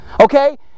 okay